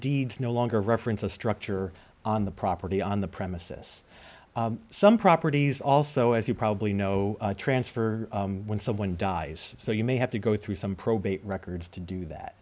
deeds no longer reference the structure on the property on the premises some properties also as you probably know transfer when someone dies so you may have to go through some probate records to do